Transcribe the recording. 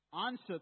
answer